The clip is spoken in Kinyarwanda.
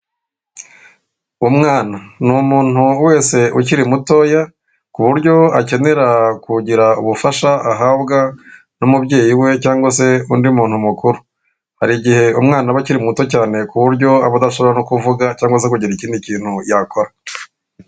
Umwana ni umuntu wese ukiri mutoya; ku buryo akenera kugira ubufasha ahabwa n'umubyeyi we, cyangwa se undi muntu mukuru. Hari igihe umwana aba akiri muto cyane, ku buryo aba adashobora no kuvuga cyangwa se kugira ikindi kintu yakora.